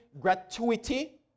gratuity